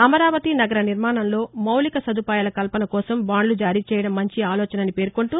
అమరావతి నగర నిర్మాణంలో మౌలిక సదుపాయాల కల్పన కోసం బాండ్లు జారీ చేయడం మంచి ఆలోచనని పేర్కొంటూ